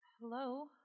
Hello